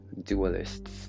dualists